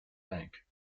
bank